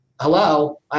hello